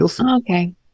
Okay